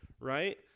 right